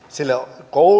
sille